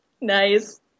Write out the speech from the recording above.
Nice